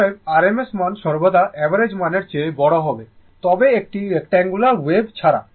অতএব RMS মান সর্বদা অ্যাভারেজ মানের চেয়ে বড় তবে একটি রেক্ট্যাঙ্গুলার ওয়েভ ছাড়া